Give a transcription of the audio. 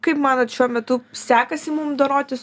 kaip manot šiuo metu sekasi mum dorotis